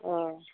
अह